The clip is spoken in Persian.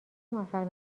موفق